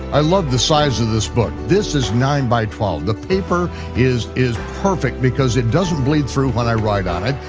i love the size of this book, this is nine x twelve, the paper is is perfect because it doesn't bleed through when i write on it,